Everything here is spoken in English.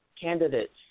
candidates